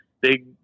big